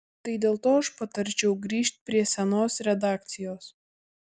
tai dėl to aš patarčiau grįžt prie senos redakcijos